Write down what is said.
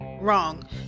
wrong